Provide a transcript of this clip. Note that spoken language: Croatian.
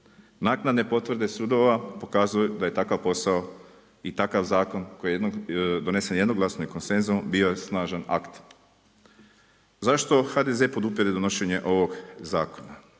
Naknadne potvrde sudova pokazuju da je takav posao i takav zakon koji je donesen jednoglasno i konsenzusom bio je snažan akt. Zašto HDZ podupire donošenje ovog zakona?